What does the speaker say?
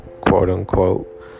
quote-unquote